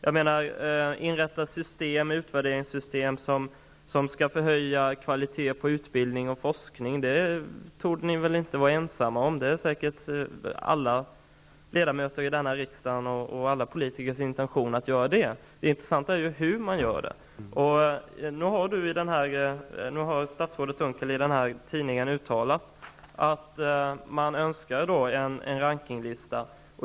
Att vilja inrätta utvärderingssystem som skall förhöja kvaliteten på utbildning och forskning torde ni inte vara ensamma om; det är säkert alla riksdagsledamöters och alla politikers intention att göra det. Det intressanta är ju hur man gör det. Nu har statsrådet Unckel i en tidning uttalat att man önskar en rankinglista.